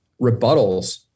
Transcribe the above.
rebuttals